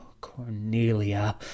cornelia